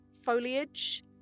foliage